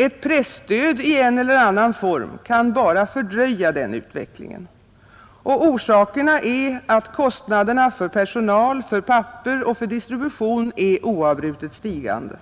Ett presstöd i en eller annan form kan bara fördröja den utvecklingen. Orsakerna är att kostnaderna för personal, för papper och för distribution är oavbrutet stigande.